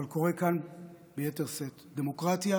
אבל קורה כאן ביתר שאת, דמוקרטיה